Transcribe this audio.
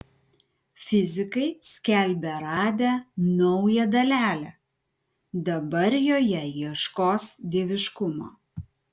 fizikai skelbia radę naują dalelę dabar joje ieškos dieviškumo